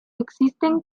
existen